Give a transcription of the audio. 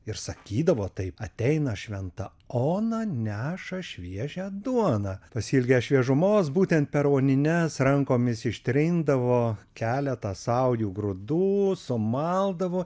ir sakydavo taip ateina šventa ona neša šviežią duoną pasiilgę šviežumos būtent per onines rankomis ištrindavo keletą saujų grūdų sumaldavo